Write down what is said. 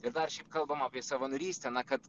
ir dar šiaip kalbam apie savanorystę na kad